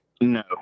no